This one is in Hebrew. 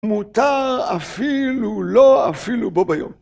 מותר אפילו, לא אפילו, בוא ביום.